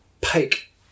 Pike